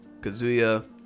Kazuya